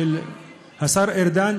של השר ארדן,